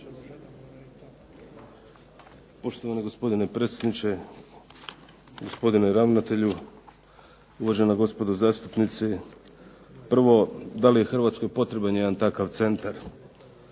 Hrvatskoj potreban jedan takav centar?